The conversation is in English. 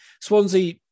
Swansea